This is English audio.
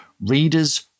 Readers